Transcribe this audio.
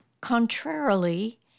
Contrarily